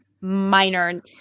minor